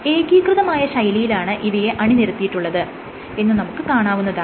ഏകീകൃതമായ ശൈലിയിലാണ് ഇവയെ അണിനിരത്തിയിട്ടുള്ളത് എന്ന് നമുക്ക് കാണാവുന്നതാണ്